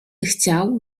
chciał